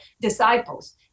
disciples